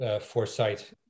foresight